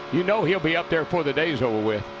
you know he will be up there before the day is over with.